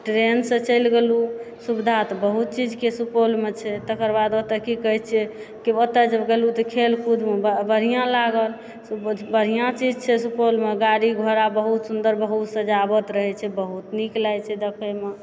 तऽ ट्रेनसँ चलि गेलहुँ सुविधा तऽ बहुत चीजके सुपौलमे छै तकर बाद ओतऽ की कहै छिऐ ओतऽ जे गेलहुँ तऽ खेल कूद बढ़िआँ लागल बढ़िआँ चीज छै सुपौलमे गाड़ी घोड़ा बहुत सुन्दर बहुत सजावट रहै छै बहुत नीक लागै छै दखैमे